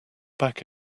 back